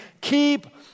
keep